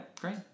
Great